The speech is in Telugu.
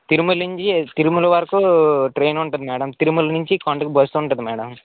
తిరుమలనించి తిరుమల వరకు ట్రైనుంటది మేడం తిరుమల నుంచి కొండకు బస్సుంటుంది మేడం